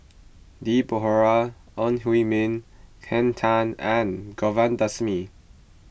Deborah Ong Hui Min Henn Tan and Govindasamy